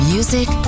Music